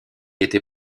était